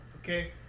okay